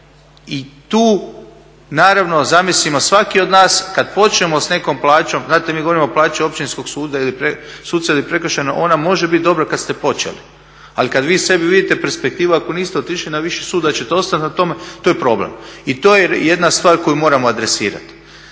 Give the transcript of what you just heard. I tu naravno zamislimo svaki od nas kad počnemo s nekom plaćom, znate mi govorimo plaće općinskog suca ili prekršajnog, ona može bit dobra kad ste počeli. Ali kad vi sebi vidite perspektivu, ako niste otišli na viši sud da ćete ostati na tome to je problem. I to je jedna stvar koju moramo adresirati.